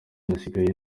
nasigaye